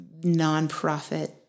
nonprofit